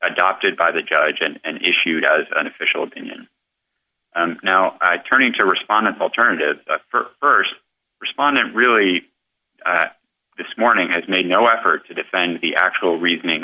adopted by the judge and issued as an official opinion now turning to respondents alternative for st respondent really this morning has made no effort to defend the actual reasoning